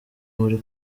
muri